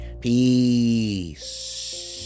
Peace